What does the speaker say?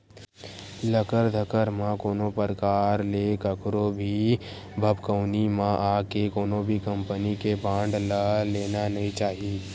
लकर धकर म कोनो परकार ले कखरो भी भभकउनी म आके कोनो भी कंपनी के बांड ल लेना नइ चाही